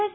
S